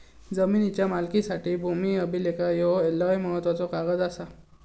जमिनीच्या मालकीसाठी भूमी अभिलेख ह्यो लय महत्त्वाचो कागद आसा